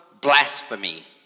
blasphemy